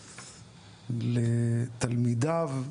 לתלמידיו,